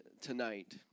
tonight